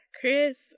Chris